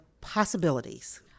possibilities